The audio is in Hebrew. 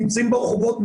נמצאים ברחובות,